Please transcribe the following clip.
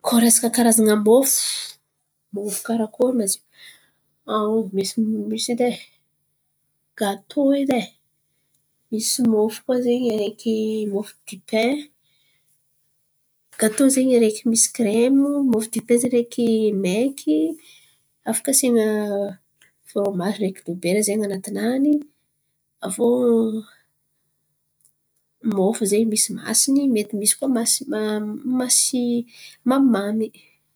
Koa resaka karazan̈a mofo. Mofo Karakory ma zo? Misy edy e gatô e, mofo dipay mofo. Gatô zen̈y araiky misy kiraimy, mofo dipay zen̈y araiky maiky afaka asian̈a frômazy ndraiky dibera zen̈y an̈ati-nany. Aviô mofo zen̈y misy masin̈y misy koa araiky masy mamimamy.